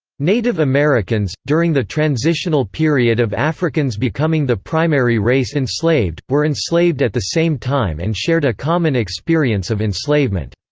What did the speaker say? native americans, during the transitional period of africans becoming the primary race enslaved, were enslaved at the same time and shared a common experience of enslavement.